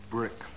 Brick